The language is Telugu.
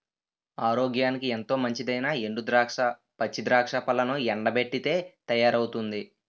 ఆరోగ్యానికి ఎంతో మంచిదైనా ఎండు ద్రాక్ష, పచ్చి ద్రాక్ష పళ్లను ఎండబెట్టితే తయారవుతుంది